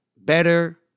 better